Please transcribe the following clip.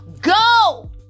go